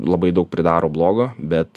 labai daug pridaro blogo bet